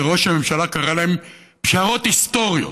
שראש הממשלה קרא להן פשרות היסטוריות.